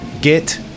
get